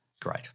Great